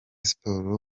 siporo